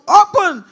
open